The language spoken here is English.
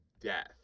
death